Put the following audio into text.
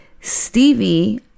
Stevie